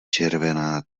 červená